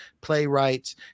playwrights